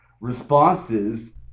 responses